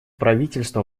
правительство